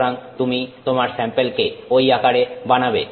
সুতরাং তুমি তোমার স্যাম্পেলকে ঐ আকারে বানাবে